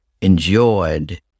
enjoyed